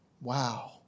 Wow